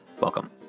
Welcome